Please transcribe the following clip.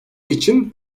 için